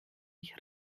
mich